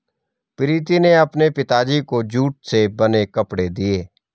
प्रीति ने अपने पिताजी को जूट से बने कपड़े दिए